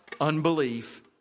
Unbelief